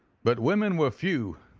but women were few,